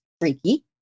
freaky